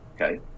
Okay